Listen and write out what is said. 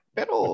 Pero